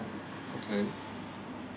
okay